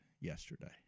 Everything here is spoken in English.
yesterday